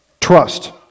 Trust